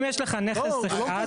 אם יש לך נכס אחד.